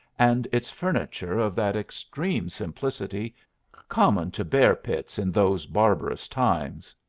and its furniture of that extreme simplicity common to bear-pits in those barbarous times.